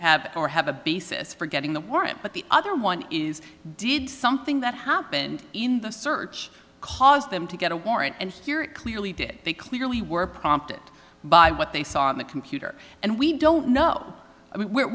have or have a basis for getting the word it but the other one is did something that happened in the search cause them to get a warrant and hear it clearly did they clearly were prompted by what they saw in the computer and we don't know